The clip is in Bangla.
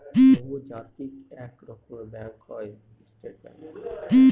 বহুজাতিক এক রকমের ব্যাঙ্ক হয় স্টেট ব্যাঙ্ক